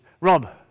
Rob